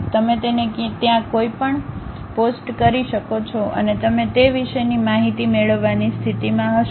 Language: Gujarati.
તમે તેને ત્યાં કંઈપણ પોસ્ટ કરી શકો છો અને તમે તે વિશેની માહિતી મેળવવાની સ્થિતિમાં હશો